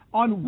on